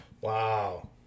Wow